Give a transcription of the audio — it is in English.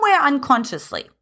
unconsciously